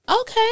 okay